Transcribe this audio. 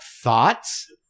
thoughts